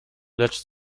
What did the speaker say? lecz